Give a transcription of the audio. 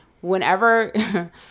Whenever